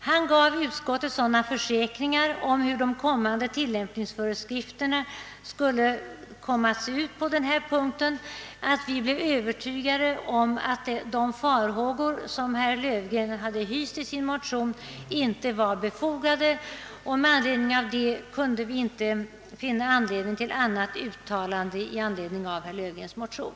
Han gav oss sådana försäkringar om hur tillämpningsföreskrifterna skulle komma att utformas att vi blev övertygade om att de farhågor, som herr Löfgren givit uttryck för i sin motion, inte var befogade. Därför fann vi inte anledning att göra något annat uttalande än det vi gjort i anledning av herr Löfgrens motion.